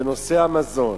בנושא המזון.